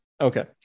Okay